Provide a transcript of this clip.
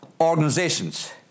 organizations